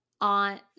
on